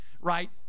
right